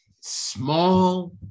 small